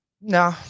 No